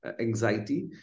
anxiety